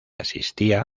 asistía